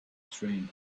train